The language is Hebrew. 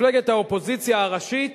מפלגת האופוזיציה הראשית